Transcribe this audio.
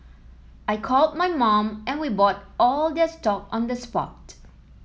I called my mum and we bought all their stock on the spot